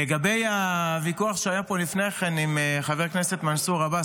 לגבי הוויכוח שהיה פה לפני כן עם חבר כנסת מנסור עבאס,